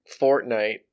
Fortnite